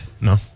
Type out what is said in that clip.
No